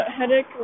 headache